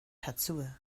tatsuya